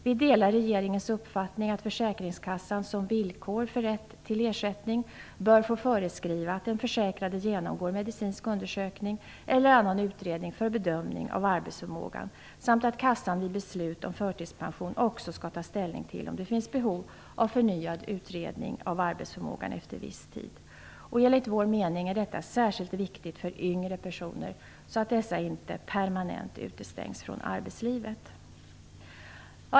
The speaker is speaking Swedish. Vi delar regeringens uppfattning att försäkringskassan som villkor för rätt till ersättning bör få föreskriva att den försäkrade genomgår medicinsk undersökning eller annan utredning för bedömning av arbetsförmågan samt att kassan vid beslut om förtidspension också skall ta ställning till om det finns behov av förnyad utredning av arbetsförmågan efter viss tid. Enligt vår mening är detta särskilt viktigt för yngre personer, så att de inte permanent utestängs från arbetslivet.